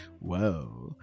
Whoa